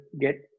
get